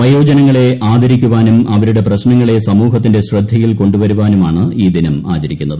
വയോജനങ്ങളെ ആദരിക്കുവാനും അവരുടെ പ്രശ്നങ്ങളെ സമൂഹത്തിന്റെ ശ്രദ്ധയിൽ കൊണ്ടു വരുവാനുമാണ് ഈ ദിനം ആചരിക്കുന്നത്